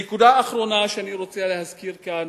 נקודה אחרונה שאני רוצה להזכיר כאן,